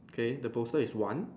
okay the poster is one